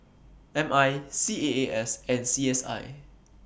M I C A A S and C S I